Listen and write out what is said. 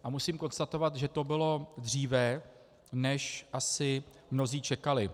A musím konstatovat, že to bylo dříve, než asi mnozí čekali.